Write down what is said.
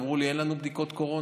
והם אמרו לי: אין לנו בדיקות קורונה.